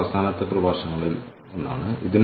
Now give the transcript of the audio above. score കാർഡുകളുടെ തരങ്ങൾ